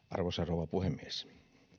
arvoisa rouva puhemies